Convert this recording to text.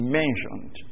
mentioned